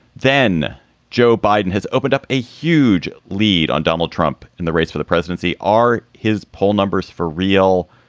then joe biden has opened up a huge lead on donald trump in the race for the presidency. are his poll numbers for real?